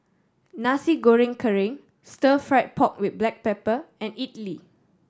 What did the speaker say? Nasi Goreng Kerang Stir Fried Pork With Black Pepper and idly